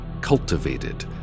cultivated